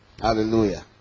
Hallelujah